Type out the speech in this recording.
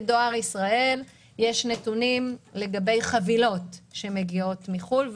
לדואר ישראל יש נתונים לגבי היקף החבילות שמגיעות לחו"ל.